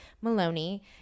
Maloney